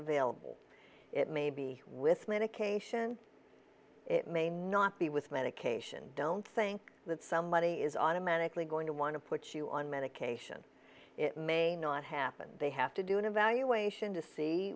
available it may be with medication it may not be with medication don't think that somebody is automatically going to want to put you on medication it may not happen they have to do an evaluation to see